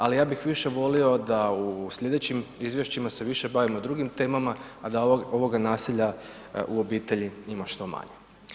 Ali ja bih više volio da u sljedećim izvješćima se više bavimo drugim temama a da ovoga nasilja u obitelji ima što manje.